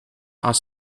are